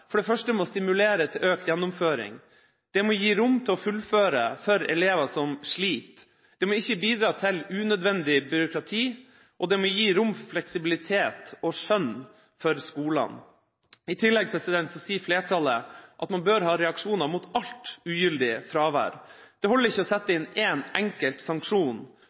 for det første må stimulere til økt gjennomføring, det må gi rom for å fullføre for elever som sliter, det må ikke bidra til unødvendig byråkrati, og det må gi rom for fleksibilitet og skjønn for skolene. I tillegg sier flertallet at man bør ha reaksjoner mot alt ugyldig fravær. Det holder ikke å sette inn én enkelt sanksjon